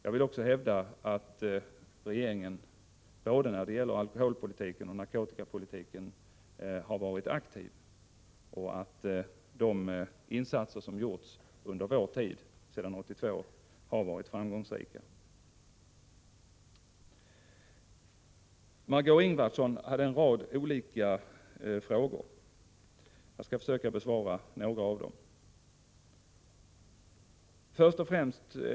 Jag vill hävda att regeringen när det gäller både alkoholpolitiken och narkotikapolitiken har varit aktiv och att de insatser som gjorts under vår tid — sedan 1982 — varit framgångsrika. Jag skall försöka besvara några av dem.